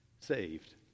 saved